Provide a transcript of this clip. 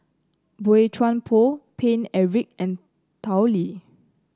Boey Chuan Poh Paine Eric and Tao Li